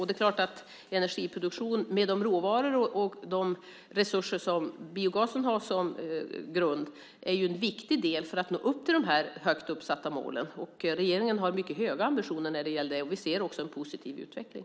Det är klart att energiproduktion, med de råvaror och de resurser som biogasen har som grund, är en viktig del för att nå upp till de högt uppsatta målen. Regeringen har mycket höga ambitioner när det gäller detta, och vi ser också en positiv utveckling.